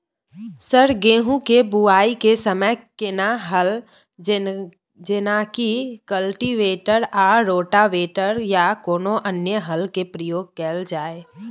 Sir गेहूं के बुआई के समय केना हल जेनाकी कल्टिवेटर आ रोटावेटर या कोनो अन्य हल के प्रयोग कैल जाए?